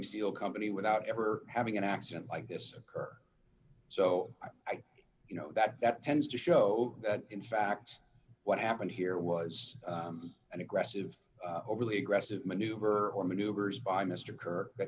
steel company without ever having an accident like this occur so i you know that that tends to show that in fact what happened here was an aggressive overly aggressive maneuver or maneuvers by mr ker that